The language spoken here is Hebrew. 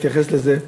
יתייחס לזה.